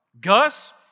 Gus